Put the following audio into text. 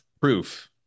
proof